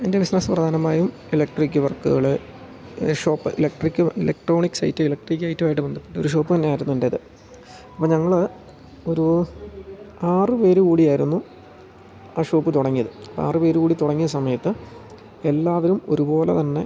എൻ്റെ ബിസ്നസ്സ് പ്രധാനമായും ഇലക്ട്രിക്ക് വർക്കുകൾ shop electric electronics item electric ഐറ്റവുമായിട്ട് ബന്ധപ്പെട്ടൊരു ഷോപ്പ് തന്നെയായിരുന്നു എൻ്റേത് അപ്പോൾ ഞങ്ങൾ ഒരു ആറു പേർ കൂടിയായിരുന്നു ആ ഷോപ്പ് തുടങ്ങിയത് അപ്പോൾ ആറുപേർ കൂടി തുടങ്ങിയ സമയത്ത് എല്ലാവരും ഒരുപോലെ തന്നെ